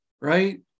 right